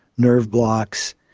nerve blocks,